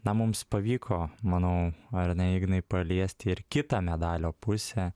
na mums pavyko manau ar ne ignai paliesti ir kitą medalio pusę